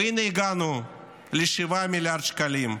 והינה, הגענו ל-7 מיליארד שקלים,